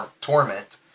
torment